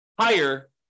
higher